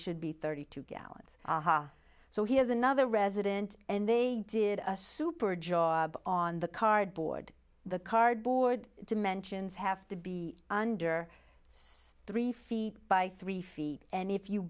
should be thirty two gallons so here's another resident and they did a super jaw on the cardboard the cardboard dimensions have to be under three feet by three feet and if you